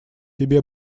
тебе